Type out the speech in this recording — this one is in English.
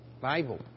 Bible